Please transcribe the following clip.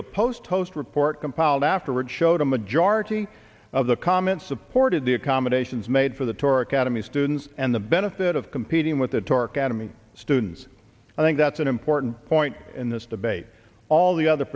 the post toast report compiled afterward showed a majority of the comments supported the accommodations made for the tor academy students and the benefit of competing with the torque anomie students i think that's an important point in this debate all the other